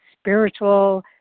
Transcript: spiritual